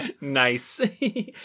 Nice